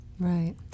Right